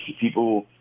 People